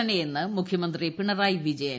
ണനയെന്ന് മുഖ്യമന്ത്രി പിണറായി വിജയൻ